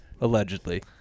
Allegedly